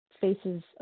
faces